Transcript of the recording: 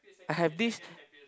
I have this